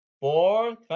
four